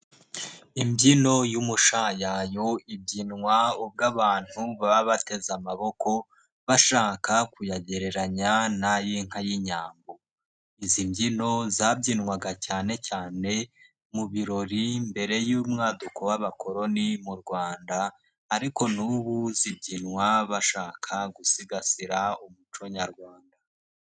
Imbyino y'umushayayo, ibyinwa ubwo abantu baba bateze amaboko bashaka kuyagereranya n'ay'inka y'inyambo, izi mbyino zabyinwaga cyane cyane mu birori mbere y'umwaduko w'abakoloni mu Rwanda ariko n'ubu zibyinwa bashaka gusigasira umuco nyarwanda.